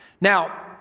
Now